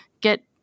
get